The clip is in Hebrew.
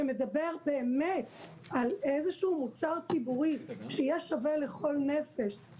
שמדבר באמת על איזה שהוא מוצר ציבורי שיהיה שווה לכל נפש,